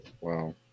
wow